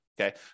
Okay